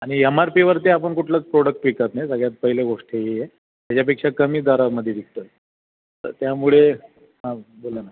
आणि M R पीवरती आपण कुठलंच प्रोडक्ट विकत नाही सगळ्यात पहिले गोष्ट ही आहे त्याच्यापेक्षा कमी दरामध्ये विकत आहे तर त्यामुळे बोला ना